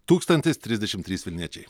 tūkstantis trisdešimt trys vilniečiai